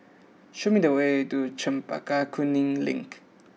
show me the way to Chempaka Kuning Link